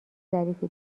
ظریفی